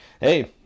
Hey